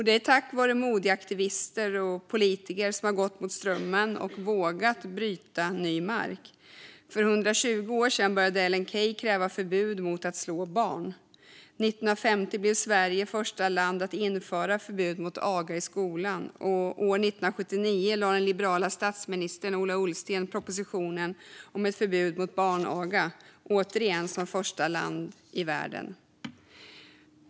Det är tack vare modiga aktivister och politiker som har gått mot strömmen och vågat bryta ny mark. För 120 år sedan började Ellen Key kräva förbud mot att slå barn. År 1950 blev Sverige första land att införa förbud mot aga i skolan. År 1979 lade den liberala statsministern Ola Ullsten fram propositionen om ett förbud mot barnaga - även när det gällde detta var Sverige det första landet i världen.